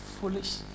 Foolish